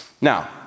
Now